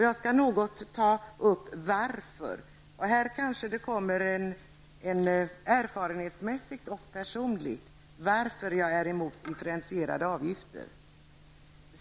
Jag skall här något ta upp varför -- här kanske det blir erfarenhetsmässigt och personligt -- jag är emot differentierade avgifter.